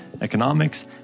economics